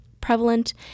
prevalent